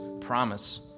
promise